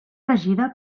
regida